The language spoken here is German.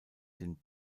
den